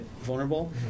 vulnerable